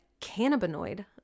cannabinoid